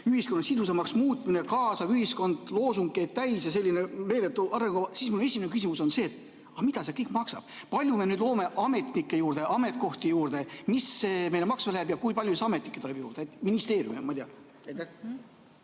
ühiskonna sidusamaks muutmine, kaasav ühiskond, see on loosungeid täis ja selline meeletu arengukava, siis mu esimene küsimus on see: aga mida see kõik maksab? Kui palju me nüüd loome ametnike ametikohti juurde, mis see meile maksma läheb ja kui palju ametnikke tuleb juurde ministeeriumi või ma